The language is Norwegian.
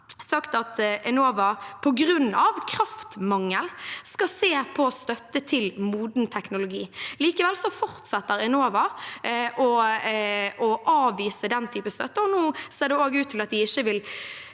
at Enova på grunn av kraftmangel skal se på støtte til moden teknologi. Likevel fortsetter Enova å avvise den typen støtte. Nå ser det også ut til at de ikke vil